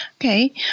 Okay